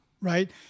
right